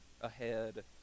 ahead